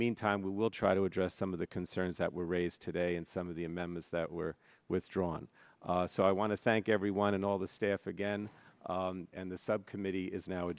meantime we will try to address some of the concerns that were raised today and some of the amendments that were withdrawn so i want to thank everyone and all the staff again and the subcommittee is now a